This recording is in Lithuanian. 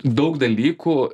daug dalykų